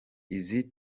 izi